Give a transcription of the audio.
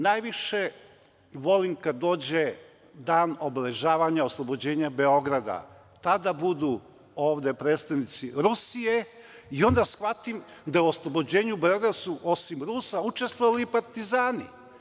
Najviše volim kada dođe dan obeležavanja oslobođenja Beograda, tada budu ovde predstavnici Rusije, i onda shvatim da oslobođenju Beograda su osim Rusa učestvovali i partizani.